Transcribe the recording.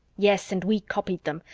yes, and we copied them.